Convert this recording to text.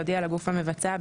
יודיע לגוף המבצע,